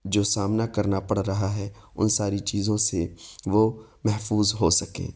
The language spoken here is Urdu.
جو سامنا کرنا پر رہا ہے ان ساری چیزوں سے وہ محفوظ ہو سکیں